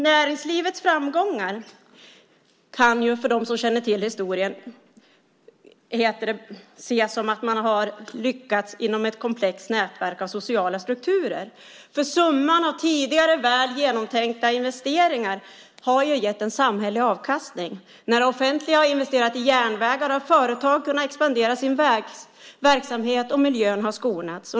Näringslivets framgångar kan för dem som känner till historien beskrivas som att man har lyckats inom ett komplett nätverk av sociala strukturer. Summan av tidigare, väl genomtänkta investeringar har gett en samhällelig avkastning. När det offentliga har investerat i järnvägar har företag kunnat expandera sin verksamhet, och miljön har skonats.